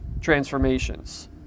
transformations